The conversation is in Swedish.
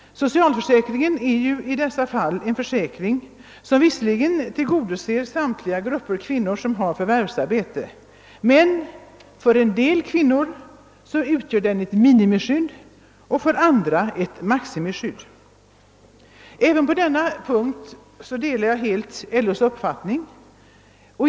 Socialförsäkringen är i dessa fall en försäkring som visserligen tillgodoser samtliga grupper kvinnor som har förvärvsarbete men som för en del kvinnor utgör ett minimiskydd och för andra utgör ett maximiskydd. Även på denna punkt delar jag helt LO:s uppfattning.